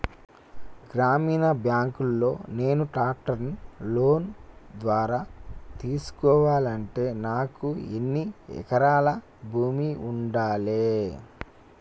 గ్రామీణ బ్యాంక్ లో నేను ట్రాక్టర్ను లోన్ ద్వారా తీసుకోవాలంటే నాకు ఎన్ని ఎకరాల భూమి ఉండాలే?